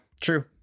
true